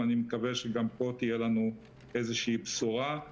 ואני מקווה שגם פה תהיה לנו איזושהי בשורה.